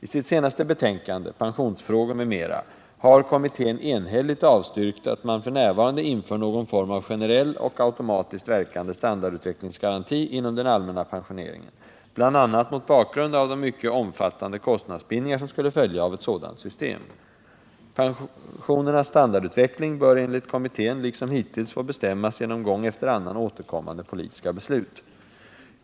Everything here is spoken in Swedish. I sitt senaste betänkande Pensionsfrågor m.m. har kommittén enhälligt avstyrkt att man f. n. inför någon form av generell och automatiskt verkande standardutvecklingsgaranti inom den allmänna pensioneringen, bl.a. mot bakgrund av de mycket omfattande kostnadsbindningar som skulle följa av ett sådant system. Pensionernas standardutveckling bör enligt kommittén liksom hittills få bestämmas genom gång efter annan återkommande politiska beslut.